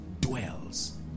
dwells